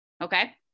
okay